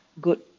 good